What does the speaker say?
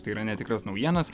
tai yra netikras naujienas